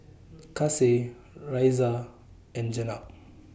Kasih Raisya and Jenab